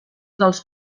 dels